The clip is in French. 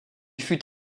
fut